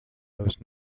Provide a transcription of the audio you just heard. most